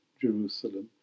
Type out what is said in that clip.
Jerusalem